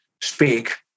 speak